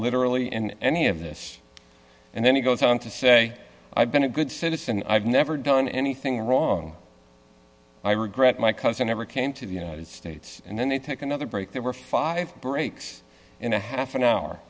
literally in any of this and then he goes on to say i've been a good citizen i've never done anything wrong i regret my cousin never came to the united states and then they take another break there were five breaks in a half an hour